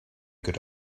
good